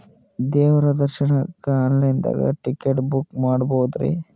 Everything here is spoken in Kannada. ದೇವ್ರ ದರ್ಶನಕ್ಕ ಆನ್ ಲೈನ್ ದಾಗ ಟಿಕೆಟ ಬುಕ್ಕ ಮಾಡ್ಬೊದ್ರಿ?